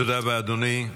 תודה רבה, אדוני.